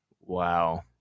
Wow